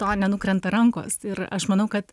to nenukrenta rankos ir aš manau kad